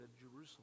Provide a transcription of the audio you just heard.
Jerusalem